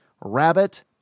rabbit